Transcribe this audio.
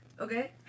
okay